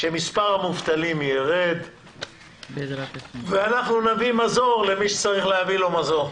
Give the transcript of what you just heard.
שמספר המובטלים ירד ואנחנו נביא מזור למי שצריך להביא לו מזור.